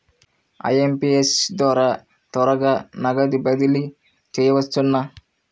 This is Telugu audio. ఐ.ఎం.పీ.ఎస్ ద్వారా త్వరగా నగదు బదిలీ చేయవచ్చునా?